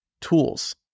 tools